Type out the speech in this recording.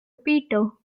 peter